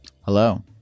hello